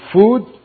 food